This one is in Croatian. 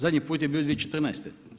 Zadnji puta je bio 2014.